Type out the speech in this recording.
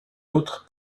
outre